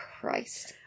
Christ